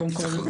לזה.